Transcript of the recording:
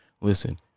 listen